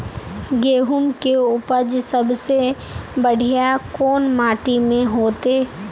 गेहूम के उपज सबसे बढ़िया कौन माटी में होते?